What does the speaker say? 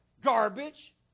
Garbage